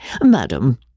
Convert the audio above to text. Madam